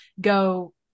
go